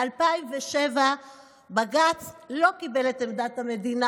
ב-2007 בג"ץ לא קיבל את עמדת המדינה,